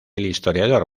historiador